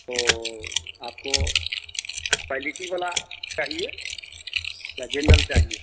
तो आपको क्वालिटी वाला चाहिए या जेनरल चाहिए